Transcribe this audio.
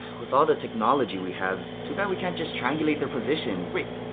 with all the technology we have, too bad we can't just triangulate their position. wait.